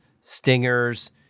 stingers